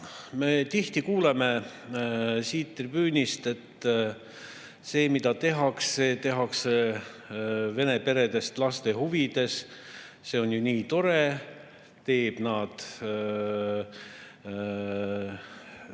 Me tihti kuuleme siit tribüünilt, et see, mida tehakse, tehakse vene peredest laste huvides. See on ju nii tore, teeb meie